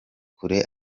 kure